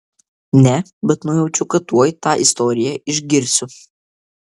ne bet nujaučiu kad tuoj tą istoriją išgirsiu